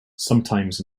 sometimes